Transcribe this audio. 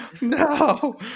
No